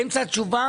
במה מטילים דופי?